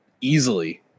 easily